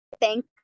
thank